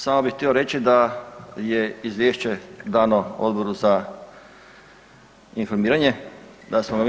Samo bih htio reći da je izvješće dano Odboru za informiranje, da smo ga mi